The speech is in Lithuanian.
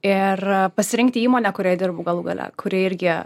ir pasirinkti įmonę kurioje dirbu galų gale kuri irgi